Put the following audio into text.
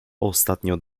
ostatnio